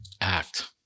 act